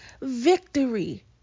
victory